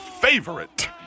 favorite